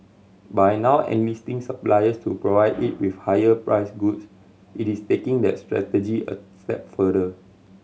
by now enlisting suppliers to provide it with higher priced goods it is taking that strategy a step further